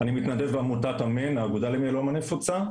אני מתנדב בעמותת אמ"ן - האגודה למיאלומה נפוצה.